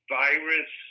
virus